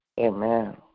Amen